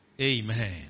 Amen